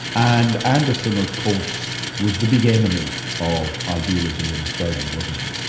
and anderson of course was the big enemy of idealism in australia, wasn't he?